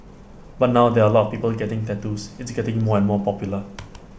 but now there are A lot of people getting tattoos it's getting more and more popular